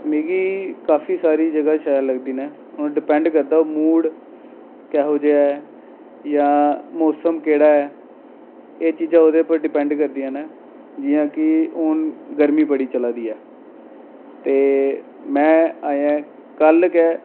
मिगी काफी सारी जगह् शैल लगदियां न हून डिपैंड करदा ऐ मूड़ कैहो जेहा ऐ जां मौसम केह्ड़ा ऐ एह् चीजां ओह्दे पर डिपैंड करदियां न जि'यां कि हून गर्मी बड़ी चला दी ऐ ते में अजें कल्ल गै